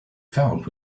found